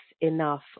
enough